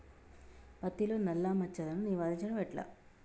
పత్తిలో నల్లా మచ్చలను నివారించడం ఎట్లా?